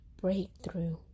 breakthrough